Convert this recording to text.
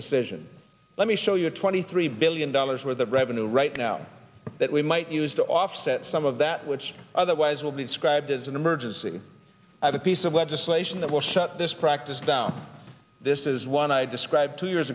decision let me show you a twenty three billion dollars worth of revenue right now that we might use to offset some of that which otherwise will be described as an emergency a piece of legislation that will shut this practice down this is one i described two years